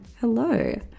hello